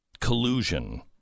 collusion